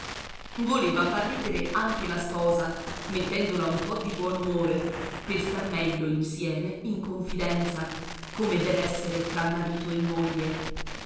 voleva far ridere anche la sposa metterla un po di buon umore per star meglio insieme in confidenza come dev'essere fra marito e moglie